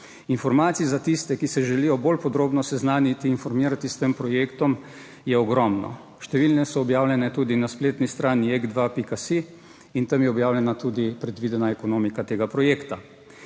Informacij za tiste, ki se želijo bolj podrobno seznaniti, informirati s tem projektom je ogromno. Številne so objavljene tudi na spletni strani JEK2.si in tam je objavljena tudi predvidena ekonomika tega projekta.